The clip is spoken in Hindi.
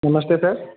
नमस्ते सर